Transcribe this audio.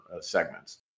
segments